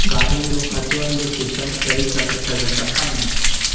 गाॾियुनि जो अचु वञ जो सिस्टम सही करे सघंदा आहियूं